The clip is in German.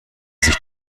sich